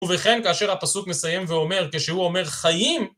ובכן, כאשר הפסוק מסיים ואומר, כשהוא אומר חיים,